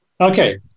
Okay